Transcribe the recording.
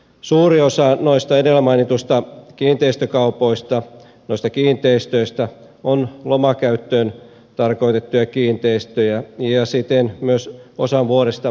suuri osa noiden edellä mainittujen kiinteistökauppojen kiinteistöistä on lomakäyttöön tarkoitettuja kiinteistöjä ja siten myös osan vuodesta tyhjillään